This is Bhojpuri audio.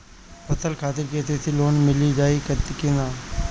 फसल खातिर के.सी.सी लोना मील जाई किना?